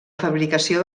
fabricació